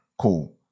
Cool